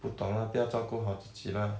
不懂 lah 不要照顾好自己 lah